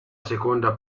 seconda